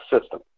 system